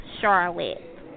Charlotte